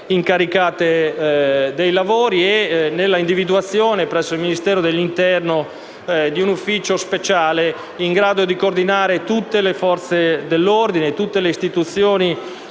incaricate dei lavori e l'individuazione, presso il Ministero dell'Interno, di un ufficio speciale in grado di coordinare tutte le Forze dell'ordine e tutte le istituzioni